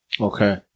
Okay